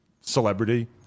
celebrity